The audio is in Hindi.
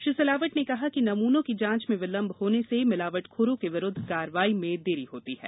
श्री सिलावट ने कहा कि नमूनों की जाँच में विलम्ब होने से मिलावटखोरों के विरुद्ध कार्यवाही में देरी होती है